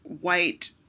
white